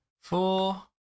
Four